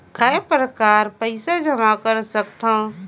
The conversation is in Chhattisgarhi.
काय प्रकार पईसा जमा कर सकथव?